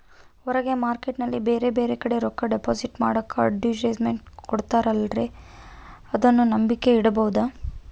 ಹೊರಗೆ ಮಾರ್ಕೇಟ್ ನಲ್ಲಿ ಬೇರೆ ಬೇರೆ ಕಡೆ ರೊಕ್ಕ ಡಿಪಾಸಿಟ್ ಮಾಡೋಕೆ ಅಡುಟ್ಯಸ್ ಮೆಂಟ್ ಕೊಡುತ್ತಾರಲ್ರೇ ಅದನ್ನು ನಂಬಿಕೆ ಮಾಡಬಹುದೇನ್ರಿ?